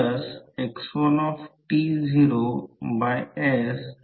म्हणून या मटेरियलसाठी µrA 1000 दिला आहे आणि या मटेरियलसाठी µrB 1200 दिले आहे